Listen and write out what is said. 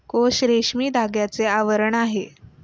कोश रेशमी धाग्याचे आवरण आहे